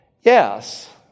Yes